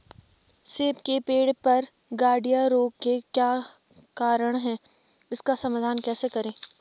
सेब के पेड़ पर गढ़िया रोग के क्या कारण हैं इसका समाधान कैसे करें?